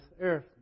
earth